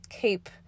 keep